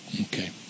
Okay